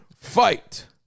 Fight